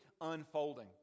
unfolding